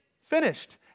finished